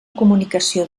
comunicació